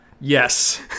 Yes